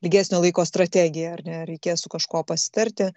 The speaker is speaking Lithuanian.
ilgesnio laiko strategija ar ne reikės su kažkuo pasitarti